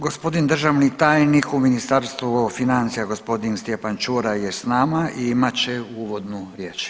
Gospodin državni tajnik u Ministarstvu financija gospodin Stjepan Čuraj je s nama i imat će uvodnu riječ.